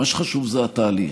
מה שחשוב זה התהליך.